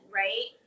right